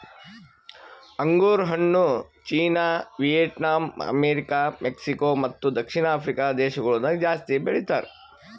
ಅಂಗುರ್ ಹಣ್ಣು China, Vietnam, America, Mexico ಮತ್ತ ದಕ್ಷಿಣ ಆಫ್ರಿಕಾ ದೇಶಗೊಳ್ದಾಗ್ ಜಾಸ್ತಿ ಬೆಳಿತಾರ್